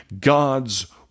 God's